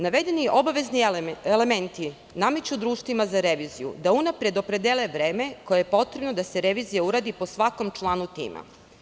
Navedeni obavezni elementi nameću društvima za reviziju da unapred opredele vreme koje je potrebno da se revizija uradi po svakom članu tima.